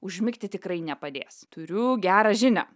užmigti tikrai nepadės turiu gerą žinią